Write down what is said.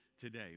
today